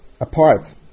apart